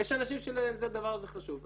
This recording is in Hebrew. ויש אנשים שלהם הדבר הזה חשוב.